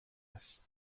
است